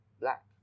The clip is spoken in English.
black